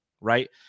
right